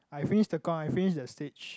I finish Tekong I finish the stage